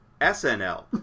SNL